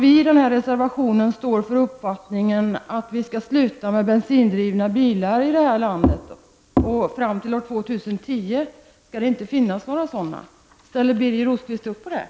I reservationen står vi för uppfattningen att vi bör sluta använda bensindrivna bilar här i landet. År 2010 skall det inte finnas några sådana bilar. Ställer Birger Rosqvist upp på detta?